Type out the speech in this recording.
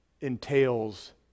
entails